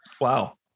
Wow